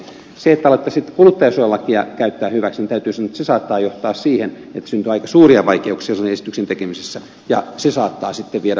jos sitten alettaisiin kuluttajansuojalakia käyttää hyväksi niin täytyy sanoa että se saattaa johtaa siihen että syntyy aika suuria vaikeuksia sen esityksen tekemisessä ja se saattaa sitten viedä pidempään